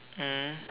mm